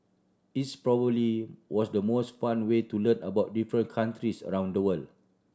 it's probably was the most fun way to learn about different countries around the world